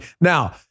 Now